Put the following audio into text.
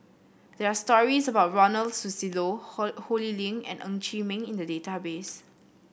there are stories about Ronald Susilo Ho Lee Ling and Ng Chee Meng in the database